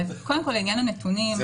לעניין הנתונים,